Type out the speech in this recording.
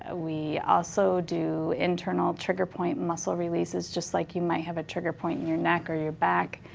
ah we also do internal trigger point muscle releases, just like you might have a trigger point in your neck or your back.